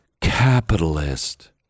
capitalist